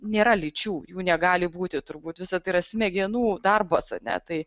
nėra lyčių jų negali būti turbūt visa tai yra smegenų darbas a ne tai